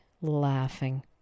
laughing